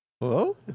Hello